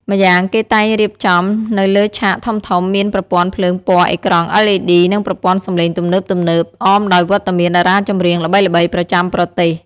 ម្យ៉ាងគេតែងរៀបចំនៅលើឆាកធំៗ មាន ប្រព័ន្ធភ្លើងពណ៌ អេក្រង់ LED និងប្រព័ន្ធសំឡេងទំនើបៗ អមដោយវត្តមានតារាចម្រៀងល្បីៗប្រចាំប្រទេស។